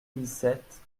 licette